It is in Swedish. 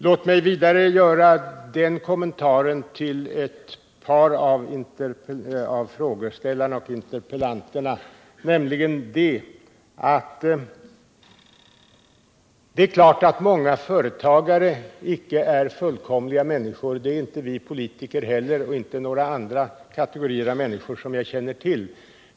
Låt mig vidare göra den kommentaren till frågeställarna och interpellanten att det är klart att många företagare icke är fullkomliga människor — det är inte vi politiker heller och inte några andra kategorier av människor som jag känner till.